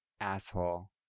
asshole